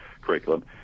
curriculum